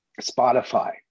Spotify